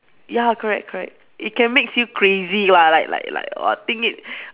ya correct correct it can makes you crazy lah like like like !wah! think it